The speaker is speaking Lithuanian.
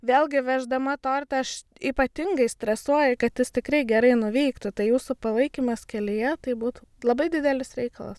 vėlgi veždama tortą aš ypatingai stresuoju kad jis tikrai gerai nuvyktų tai jūsų palaikymas kelyje tai būtų labai didelis reikalas